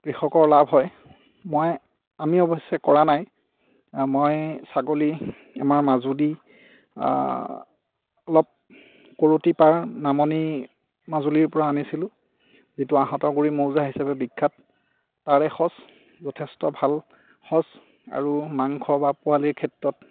কৃষকৰ লাভ হয় মই আমি অৱশ্যে কৰা নাই মই ছাগলী আমাৰ মাজুলী অলপ কৰতি পাৰ নামনি মাজুলীৰ পৰা আনিছিলোঁ যিটো আঁহতৰ গুৰি মৌজা হিচাপে বিখ্যাত তাৰে সঁচ যথেষ্ট ভাল সঁচ আৰু মাংস বা পোৱালিৰ ক্ষেত্ৰত